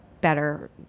better